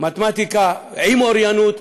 מתמטיקה עם אוריינות,